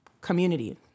community